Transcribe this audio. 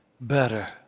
better